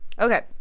Okay